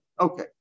Okay